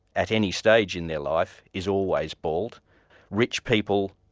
at any stage in their life, is always bald rich people,